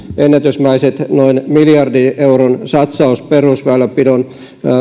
ennätysmäinen noin miljardin euron satsaus perusväylänpidon